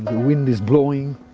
wind is blowing,